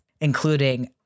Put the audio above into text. including